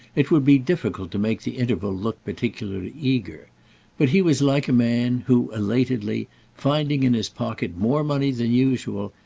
it would be difficult to make the interval look particularly eager but he was like a man who, elatedly finding in his pocket more money than usual,